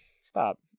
stop